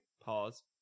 pause